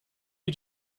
you